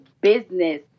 business